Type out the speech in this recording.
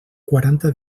quaranta